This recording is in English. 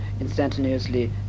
instantaneously